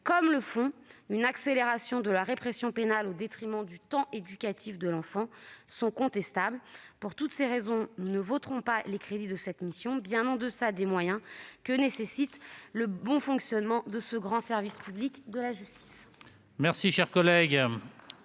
que le fond- l'accélération de la répression pénale, au détriment du temps éducatif de l'enfant -sont contestables. Pour toutes ces raisons, nous ne voterons pas les crédits de cette mission, qui sont bien en deçà des moyens que nécessite le bon fonctionnement de ce grand service public qu'est la justice.